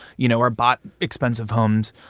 you know, are bought expensive homes,